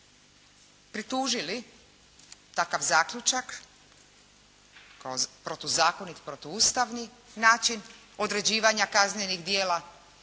pritužili takav zaključak, kao protuzakonit, protuustavni način određivanja kaznenih djela